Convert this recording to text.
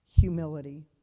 humility